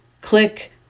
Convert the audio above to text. click